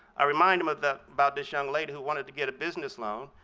i remind them of the about this young lady who wanted to get a business loan.